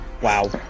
Wow